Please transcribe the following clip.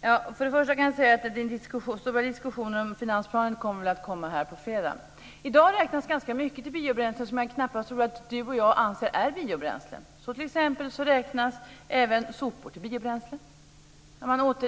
Herr talman! Först och främst kan jag säga att den stora diskussionen om finansplanen kommer att komma här på fredag. I dag räknas ganska mycket som biobränslen som jag knappast tror att Eskil Erlandsson och jag anser är biobränslen. Exempelvis räknas även sopor som biobränslen.